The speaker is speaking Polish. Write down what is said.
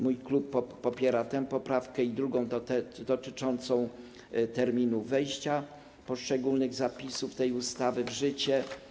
Mój klub popiera tę poprawkę i drugą, dotyczącą terminu wejścia poszczególnych zapisów tej ustawy w życie.